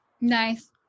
Nice